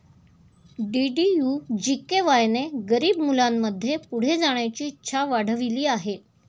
DDU GKY ने गरीब मुलांमध्ये पुढे जाण्याची इच्छा वाढविली आहे